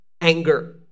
anger